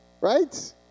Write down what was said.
Right